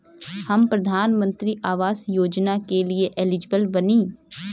हम प्रधानमंत्री आवास योजना के लिए एलिजिबल बनी?